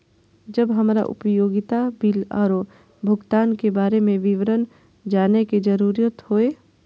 जब हमरा उपयोगिता बिल आरो भुगतान के बारे में विवरण जानय के जरुरत होय?